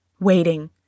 Waiting